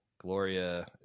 Gloria